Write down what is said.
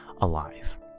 alive